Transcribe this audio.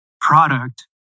product